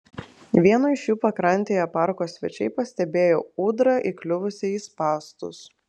vieno iš jų pakrantėje parko svečiai pastebėjo ūdrą įkliuvusią į spąstus